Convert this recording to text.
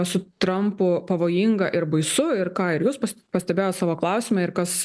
su trampu pavojinga ir baisu ir ką ir jūs pas pastebėjot savo klausime ir kas